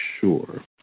sure